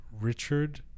Richard